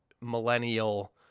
millennial